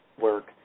work